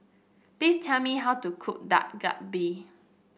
please tell me how to cook Dak Galbi